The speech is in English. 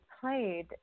played